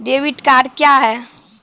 Debit card क्या हैं?